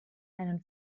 einen